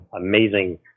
amazing